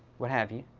what have you.